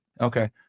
Okay